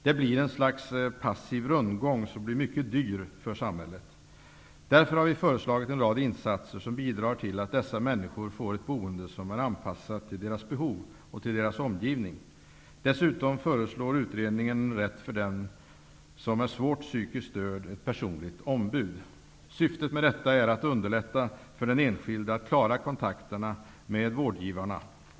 Det blir ett slags passiv rundgång, som blir mycket dyr för samhället. Därför har vi föreslagit en rad insatser som bidrar till att dessa människor får ett boende som är anpassat till deras behov och till deras om givning. Dessutom föreslår utredningen en rätt för den som är svårt psykiskt störd till ett person ligt ombud. Syftet med detta är att underlätta för den enskilde att klara kontakterna med vårdgi varna.